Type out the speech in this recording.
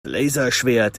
laserschwert